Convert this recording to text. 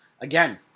again